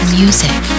music